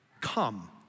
come